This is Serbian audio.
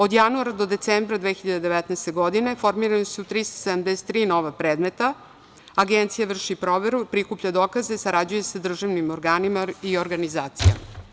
Od januara do decembra 2019. godine formirana su 373 nova predmeta, Agencija vrši proveru, prikuplja dokaze i sarađuje sa državnim organima i organizacijama.